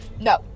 No